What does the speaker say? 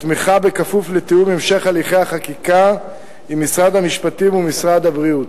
תמיכה בכפוף לתיאום המשך הליכי החקיקה עם משרד המשפטים ומשרד הבריאות.